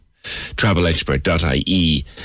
travelexpert.ie